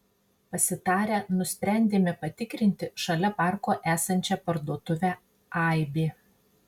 pasitarę nusprendėme patikrinti šalia parko esančią parduotuvę aibė